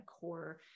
core